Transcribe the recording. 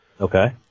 Okay